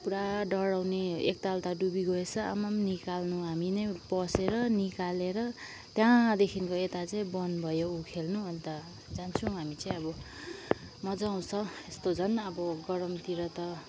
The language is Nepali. पुरा डढउने एकताल ता डुबिगएछ आमामाम् निकाल्नु हामी नै पसेर निकालेर त्यहाँदेखिको यता चाहिँ बन्द भयो ऊ खेल्न अन्त जान्छौँ हामी चाहिँ अब मजा आउँछ यस्तो झन् अब गरमतिर त